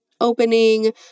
opening